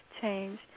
change